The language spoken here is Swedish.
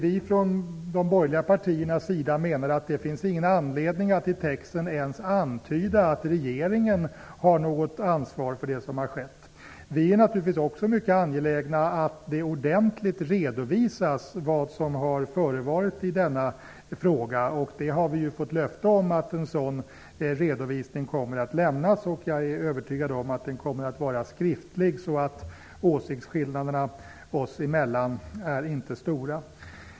I de borgerliga partierna menar vi därför att det inte finns någon anledning att i betänkandetexten ens antyda att regeringen har något ansvar för det som har skett. Vi är naturligtvis också mycket angelägna om att det ordentligt redovisas vad som har förevarit i denna fråga. Vi har ju också fått löfte om att en sådan redovisning kommer att lämnas, och jag är övertygad om att den kommer att vara skriftlig. Åsiktsskillnaderna oss emellan är alltså inte stora.